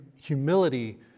humility